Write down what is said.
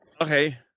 Okay